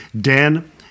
Dan